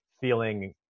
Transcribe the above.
feeling